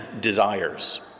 desires